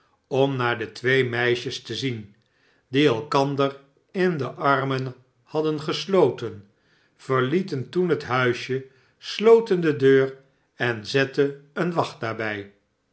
om naar de twee meisjes te zien die elkander in de armen hadden gesloten verlieten toen het huisje sloten de deur en zetten een wacht